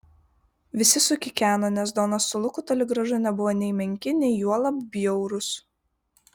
visi sukikeno nes donas su luku toli gražu nebuvo nei menki nei juolab bjaurūs